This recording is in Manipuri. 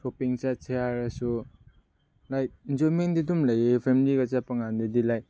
ꯁꯣꯞꯄꯤꯡ ꯆꯠꯁꯦ ꯍꯥꯏꯔꯁꯨ ꯂꯥꯏꯛ ꯑꯦꯟꯖꯣꯏꯃꯦꯟꯗꯤ ꯑꯗꯨꯝ ꯂꯩꯌꯦ ꯐꯦꯃꯤꯂꯤꯒ ꯆꯠꯄ ꯀꯥꯟꯗꯗꯤ ꯂꯥꯏꯛ